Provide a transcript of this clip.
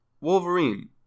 Wolverine